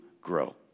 grow